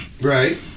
Right